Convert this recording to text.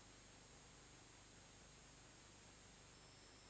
Grazie